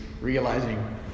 realizing